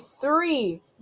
three